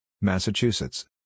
Massachusetts